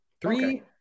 Three